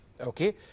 Okay